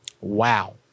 wow